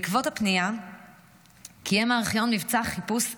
בעקבות הפנייה קיים הארכיון מבצע חיפוש נרחב,